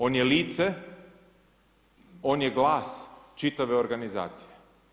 On je lice, on je glas čitave organizacije.